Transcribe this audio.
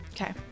Okay